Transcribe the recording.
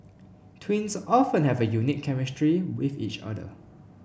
twins often have a unique chemistry with each other